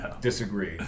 disagree